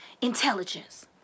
intelligence